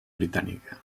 britànica